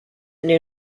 knew